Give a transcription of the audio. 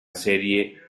serie